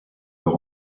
leur